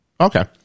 Okay